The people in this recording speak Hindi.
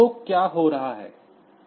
तो क्या हो रहा है